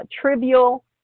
trivial